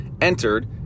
entered